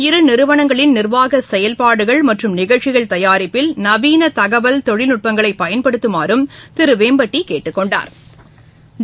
இந நிறுவனங்களின் நிர்வாக செயல்பாடுகள் மற்றும் நிகழ்ச்சிகள் தயாரிப்பில் நவீன தகவல் தொழில்நுட்பங்களை பயன்படுத்துமாறு திரு வேம்பட்டி கேட்டுக் கொண்டாா்